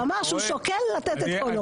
הוא אמר שהוא שוקל לתת את קולו.